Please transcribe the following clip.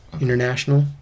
International